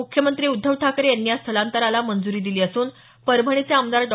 मुख्यमंत्री उद्वव ठाकरे यांनी या स्थलांतराला मंजुरी दिली असून परभणीचे आमदार डॉ